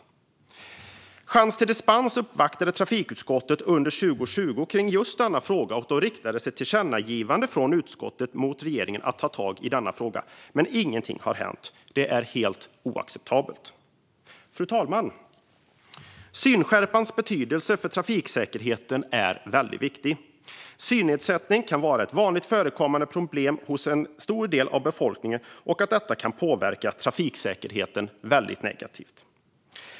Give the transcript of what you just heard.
Projektet Chans till dispens uppvaktade trafikutskottet i just denna fråga under 2020. Då riktades ett tillkännagivande från utskottet till regeringen om att ta tag i frågan. Men ingenting har hänt. Det är helt oacceptabelt. Fru talman! Synskärpans betydelse för trafiksäkerheten är stor. Synnedsättning kan vara ett vanligt förekommande problem hos en stor del av befolkningen, och det kan påverka trafiksäkerheten negativt.